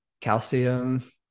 calcium